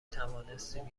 توانستیم